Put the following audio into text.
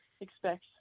expect